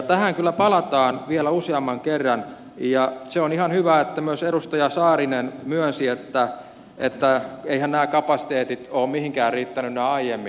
tähän kyllä palataan vielä useamman kerran ja se on ihan hyvä että myös edustaja saarinen myönsi että eiväthän nämä kapasiteetit ole mihinkään riittäneet aiemmin